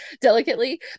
delicately